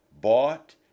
bought